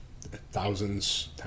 thousands